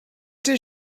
does